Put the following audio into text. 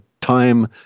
time